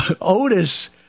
Otis